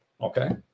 Okay